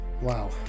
Wow